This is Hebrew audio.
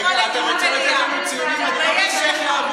אבל הממשלה הזאת והמשטרה אפילו לא ניסו להשתמש בסעיף 7(2),